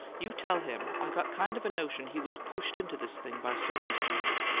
you tell him i got kind of a notion he was pushed into this thing by circumstances,